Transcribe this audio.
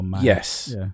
Yes